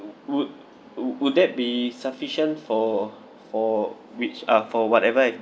would would that be sufficient for for which ah for whatever I